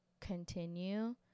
continue